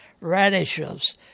radishes